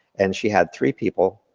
and she had three people,